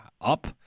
up